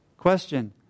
Question